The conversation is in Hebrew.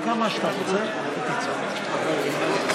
כשאני הזכרתי את הפשיעה בחברה הערבית שנכנסה לכל חור בחברה הערבית,